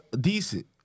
decent